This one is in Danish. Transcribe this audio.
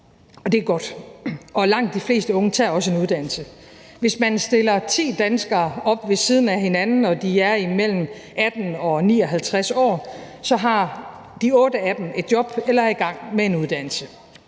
det er godt. Og langt de fleste unge tager også en uddannelse. Hvis man stiller ti danskere op ved siden af hinanden og de er mellem 18 og 59 år, har de otte af dem et job eller er i gang med en uddannelse.